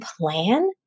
plan